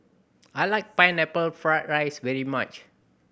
I like Pineapple Fried rice very much